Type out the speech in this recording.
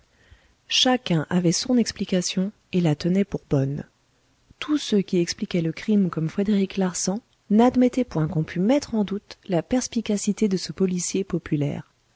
chacun avait son explication et la tenait pour bonne tous ceux qui expliquaient le crime comme frédéric larsan n'admettaient point qu'on pût mettre en doute la perspicacité de ce policier populaire